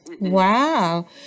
Wow